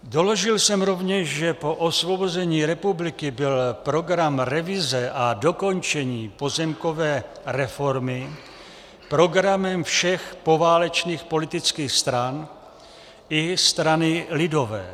Doložil jsem rovněž, že po osvobození republiky byl program revize a dokončení pozemkové reformy programem všech poválečných politických stran i strany lidové.